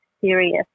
serious